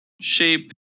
shape